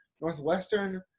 Northwestern